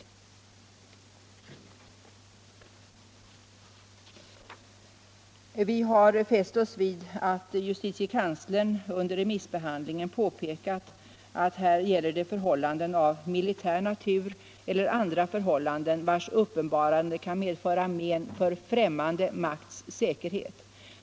Vi har fäst oss vid att justitiekanslern under remissbehandlingen påpekat att det här gäller förhållanden av militär natur eller andra förhållanden, vilkas uppenbarande kan medföra men för främmande makts säkerhet.